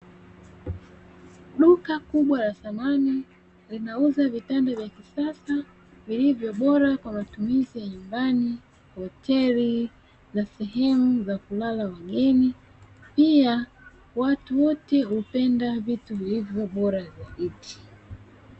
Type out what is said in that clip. Duka kubwa la samani linauza vitanda vya kisasa, vilivyo bora kwa matumizi ya nyumbani, hoteli na sehemu za kulala wageni. Pia watu wote hupenda vitu vilivyobora zaidi.